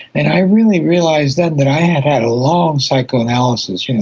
and i really realised then that i had had a long psychoanalysis, you know,